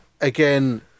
again